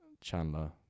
Chandler